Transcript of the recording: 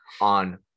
on